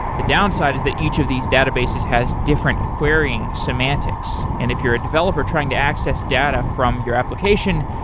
the downside is that each of these databases has different querying semantics. and if you're a developer trying to access data from your application,